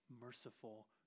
merciful